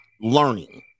learning